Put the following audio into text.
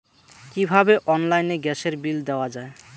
কিভাবে অনলাইনে গ্যাসের বিল দেওয়া যায়?